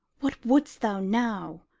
what wouldst thou now?